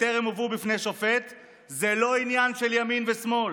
בטרם עברו בפני שופט זה לא עניין של ימין ושמאל,